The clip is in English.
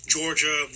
Georgia